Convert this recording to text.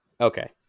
Okay